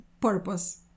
purpose